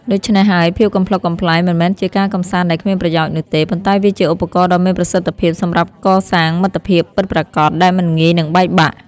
ដូច្នេះហើយ ភាពកំប្លុកកំប្លែងមិនមែនជាការកម្សាន្តដែលគ្មានប្រយោជន៍នោះទេ ប៉ុន្តែវាជាឧបករណ៍ដ៏មានប្រសិទ្ធភាពសម្រាប់កសាងមិត្តភាពពិតប្រាកដដែលមិនងាយនឹងបែកបាក់។